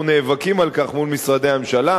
אנחנו נאבקים על כך מול משרדי הממשלה,